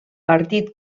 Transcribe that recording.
partit